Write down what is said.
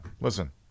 listen